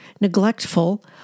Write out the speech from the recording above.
neglectful